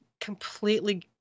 completely